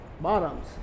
bottoms